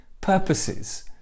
purposes